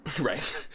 Right